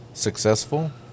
successful